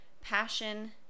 passion